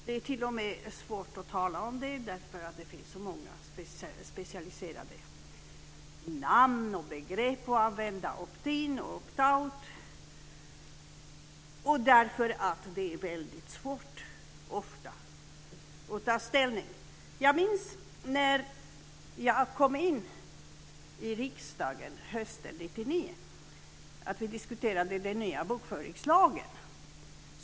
Det är t.o.m. svårt att tala om det därför att det finns så många speciella namn och begrepp att använda - opt in och opt out. Det är därför ofta svårt att ta ställning. Jag minns när jag kom in i riksdagen hösten 1999 att vi diskuterade den nya bokföringslagen.